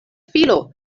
filo